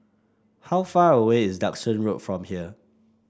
how far away is Duxton Road from here